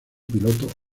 piloto